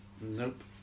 Nope